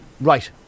Right